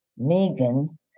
Megan